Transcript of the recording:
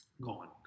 Gone